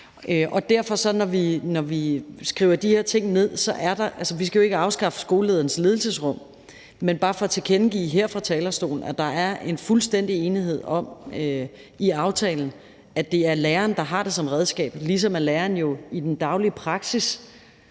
Og derfor, når vi skriver de her ting ned, skal vi jo ikke afskaffe skolelederens ledelsesrum. Men det er bare for at tilkendegive her fra talerstolen, at der er en fuldstændig enighed i aftalen om, at det er læreren, der har det som redskab, ligesom læreren jo i den daglige praksis